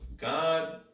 God